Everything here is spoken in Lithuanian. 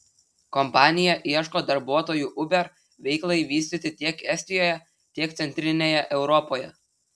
kompanija ieško darbuotojų uber veiklai vystyti tiek estijoje tiek centrinėje europoje